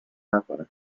نکنه